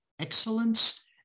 excellence